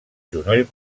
genoll